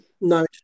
No